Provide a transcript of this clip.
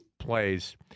Plays